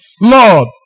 Lord